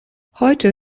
heute